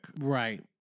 Right